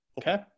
okay